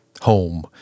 home